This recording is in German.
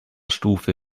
stufe